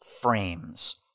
frames